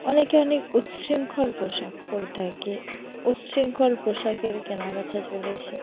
অনেকে অনেক উচ্শৃঙ্খল পোশাক পরে থাকে উচ্শৃঙ্খল পোশাকের কেনা বোচা চলেছে